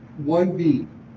1B